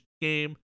game